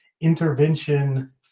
intervention